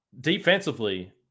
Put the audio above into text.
defensively